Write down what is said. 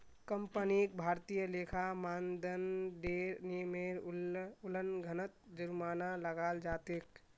कंपनीक भारतीय लेखा मानदंडेर नियमेर उल्लंघनत जुर्माना लगाल जा तेक